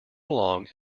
along